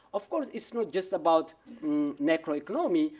of course, it's not just about necroeconomy.